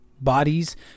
bodies